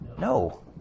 No